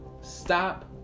Stop